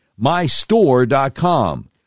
MyStore.com